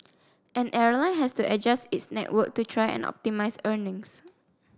an airline has to adjust its network to try and optimise earnings